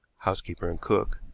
housekeeper and cook,